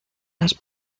las